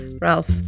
Ralph